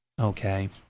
okay